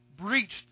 breached